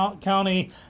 County